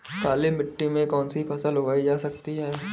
काली मिट्टी में कौनसी फसल उगाई जा सकती है?